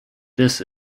this